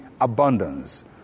abundance